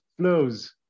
Flows